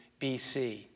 BC